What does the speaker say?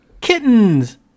Kittens